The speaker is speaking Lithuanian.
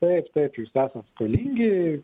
taip taip jūs esat skolingi